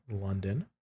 London